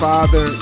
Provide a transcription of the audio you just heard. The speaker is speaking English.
Father